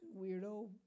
weirdo